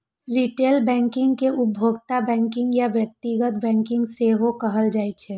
retail banking कें उपभोक्ता banking या व्यक्तिगत बैंकिंग सेहो कहल जाइ छै